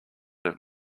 have